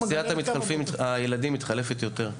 אוכלוסיית הילדים מתחלפת יותר.